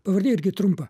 pavardė irgi trumpa